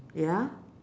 ya